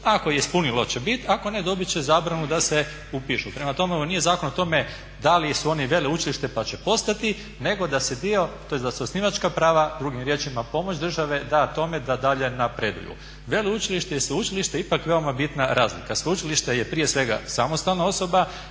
ako je ispunilo će bit, ako ne dobit će zabranu da se upišu. Prema tome, ovo nije zakon o tome da li su oni veleučilište pa će postati nego da se dio tj. da se osnivačka prava, drugim riječima pomoć države da tome da dalje napreduju. Veleučilište i sveučilište je ipak veoma bitna razlika. Sveučilište je prije svega samostalna osoba,